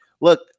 Look